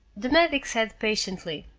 the medic said patiently,